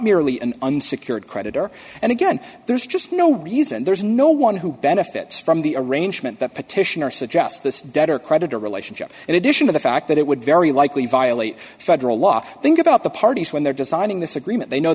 merely an unsecured creditor and again there's just no reason there's no one who benefits from the arrangement that petitioner suggests this debtor creditor relationship in addition to the fact that it would very likely violate federal law think about the parties when they're designing this agreement they know